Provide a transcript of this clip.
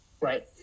right